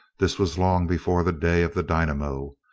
this was long before the day of the dynamo,